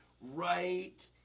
right